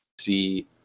see